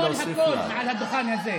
בועז, אני יכול הכול מעל הדוכן הזה.